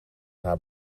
haar